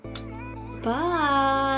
Bye